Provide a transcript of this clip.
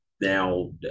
Now